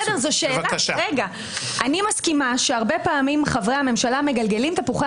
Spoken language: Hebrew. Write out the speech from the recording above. אני מסכימה שהרבה פעמים חברי הממשלה מגלגלים תפוחי